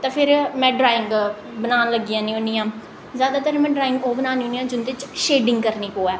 तां फिर में ड्राइंग बनान लगी जन्नी होन्नी आं जैदातर में ड्राइंग में ओह् बन्नानी होन्नी आं जेह्दे न शेडिंग करनी पवै